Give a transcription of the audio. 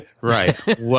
right